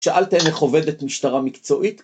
‫שאלתם איך עובדת משטרה מקצועית?